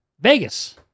Vegas